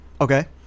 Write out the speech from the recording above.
Okay